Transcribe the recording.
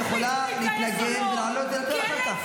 את יכולה להתנגד, לעלות אחר כך.